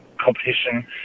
competition